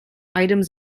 items